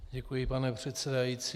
Děkuji, pane předsedající.